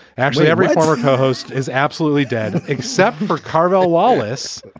actually, every former co-host is absolutely dead, except for carville wallace.